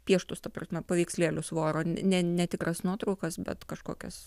pieštus ta prasme paveikslėlius voro ne netikras nuotraukas bet kažkokias